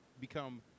become